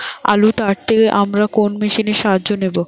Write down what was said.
আলু তাড়তে আমরা কোন মেশিনের সাহায্য নেব?